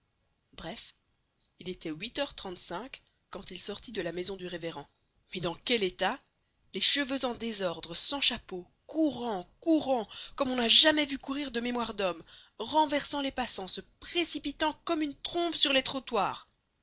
bref il était huit heures trente-cinq quand il sortit de la maison du révérend mais dans quel état les cheveux en désordre sans chapeau courant courant comme on n'a jamais vu courir de mémoire d'homme renversant les passants se précipitant comme une trombe sur les trottoirs